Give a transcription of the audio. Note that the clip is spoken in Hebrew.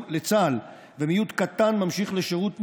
לצה"ל ומיעוט קטן ממשיך לשירות מילואים.